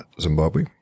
Zimbabwe